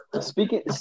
Speaking